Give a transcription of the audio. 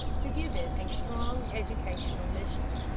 to give it a strong educational mission.